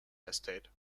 estate